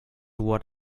what